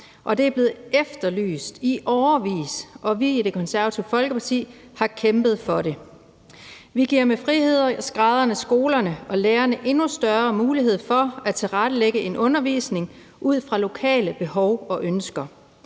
Det er blevet efterlyst i årevis, og vi i Det Konservative Folkeparti har kæmpet for det. Vi giver med frihedsgraderne skolerne og lærerne endnu større mulighed for at tilrettelægge en undervisning ud fra lokale behov og ønsker,